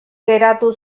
geratu